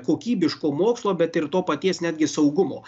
kokybiško mokslo bet ir to paties netgi saugumo